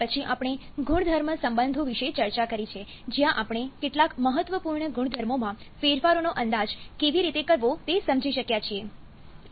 પછી આપણે ગુણધર્મ સંબંધો વિશે ચર્ચા કરી છે જ્યાં આપણે કેટલાક મહત્વપૂર્ણ ગુણધર્મોમાં ફેરફારોનો અંદાજ કેવી રીતે કરવો તે સમજી શક્યા છીએ